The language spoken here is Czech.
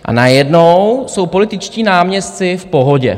A najednou jsou političtí náměstci v pohodě.